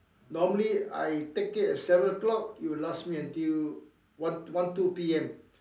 normally I take it at seven o-clock it will last me until one one two P_M